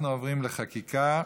אנחנו עוברים לחקיקה.